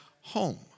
home